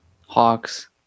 Hawks